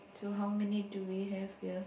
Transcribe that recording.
so how many do we have here